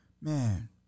man